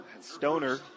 Stoner